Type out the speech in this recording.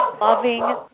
loving